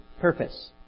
purpose